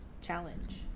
challenge